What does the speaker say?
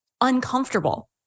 uncomfortable